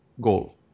goal